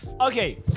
Okay